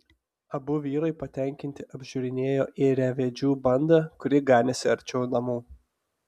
abu vyrai patenkinti apžiūrinėjo ėriavedžių bandą kuri ganėsi arčiau namų